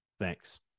Thanks